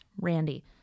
randy